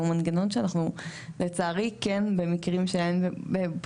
הוא מנגנון שלצערי אנחנו כן משתמשים בו בחוק במקרים שבהם אין ברירה,